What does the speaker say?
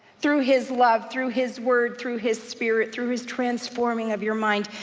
through his love, through his word, through his spirit, through his transforming of your mind,